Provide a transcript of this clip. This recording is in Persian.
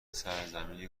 سرزمینی